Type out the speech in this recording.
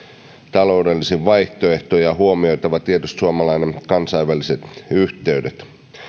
taloudellisin vaihtoehto ja huomioitava tietysti suomalaisten kansainväliset yhteydet